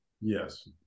Yes